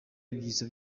ibyitso